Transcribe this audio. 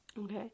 Okay